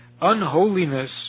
Unholiness